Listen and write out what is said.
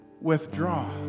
withdraw